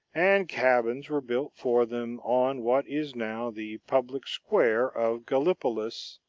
and cabins were built for them on what is now the public square of gallipolis.